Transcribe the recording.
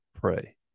pray